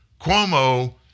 Cuomo